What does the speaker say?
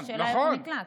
והשאלה היא איך הוא נקלט.